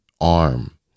arm